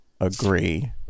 agree